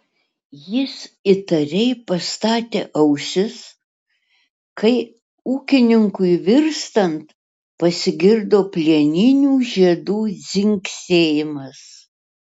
jis įtariai pastatė ausis kai ūkininkui virstant pasigirdo plieninių žiedų dzingsėjimas